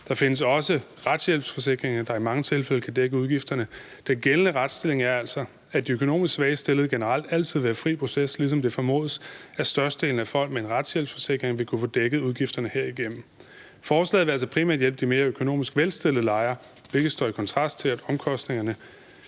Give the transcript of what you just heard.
Der findes også retshjælpsforsikringer, der i mange tilfælde kan dække udgifterne. Den gældende retsstilling er altså, at de økonomisk svagest stillede generelt altid vil have fri proces, ligesom det formodes, at størstedelen af folk med en retshjælpsforsikring vil kunne få dækket udgifterne herigennem. Denne del af forslaget vil altså primært hjælpe de mere økonomisk velstillede lejere, hvilket står i kontrast til, at omkostningerne